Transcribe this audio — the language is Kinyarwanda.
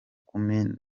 kumi